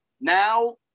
now